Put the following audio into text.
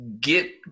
get